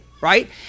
right